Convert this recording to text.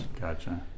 Gotcha